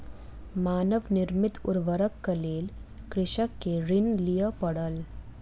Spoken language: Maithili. मानव निर्मित उर्वरकक लेल कृषक के ऋण लिअ पड़ल